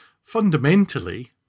fundamentally